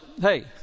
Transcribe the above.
hey